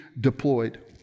deployed